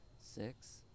six